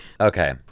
Okay